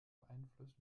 beeinflusst